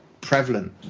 prevalent